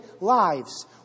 lives